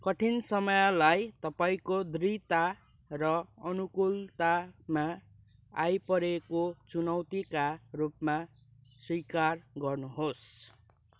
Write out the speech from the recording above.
कठिन समयलाई तपाईँँको दृढता र अनुकूलनतामा आईपरेको चुनौतीका रूपमा स्वीकार गर्नुहोस्